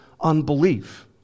unbelief